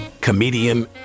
Comedian